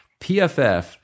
PFF